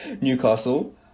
Newcastle